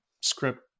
script